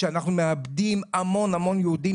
שם אנחנו מאבדים המון המון יהודים